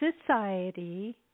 society